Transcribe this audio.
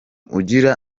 ugira